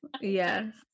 yes